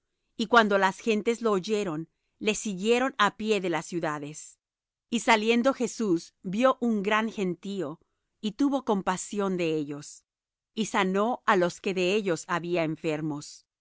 y cuando las gentes lo oyeron le siguieron á pie de las ciudades y saliendo jesús vió un gran gentío y tuvo compasión de ellos y sanó á los que de ellos había enfermos